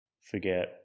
forget